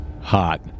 Hot